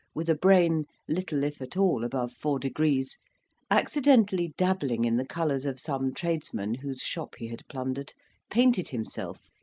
with a brain little if at all above four degrees accidentally dabbling in the colours of some tradesman whose shop he had plundered painted himself,